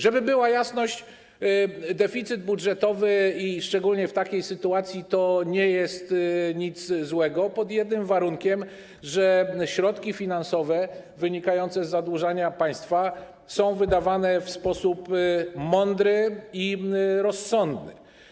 Żeby była jasność: deficyt budżetowy - szczególnie w takiej sytuacji - to nie jest nic złego pod jednym warunkiem, że środki finansowe wynikające z zadłużania państwa są wydawane w sposób mądry i rozsądny.